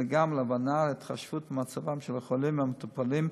אלא גם להבנה ולהתחשבות במצבם של החולים והמטופלים,